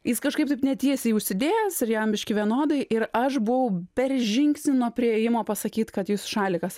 jis kažkaip taip netiesiai užsidėjęs ir jam biški vienodai ir aš buvau per žingsnį nuo priėjimo pasakyt kad jūsų šalikas